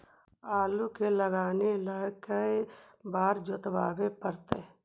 आलू के लगाने ल के बारे जोताबे पड़तै?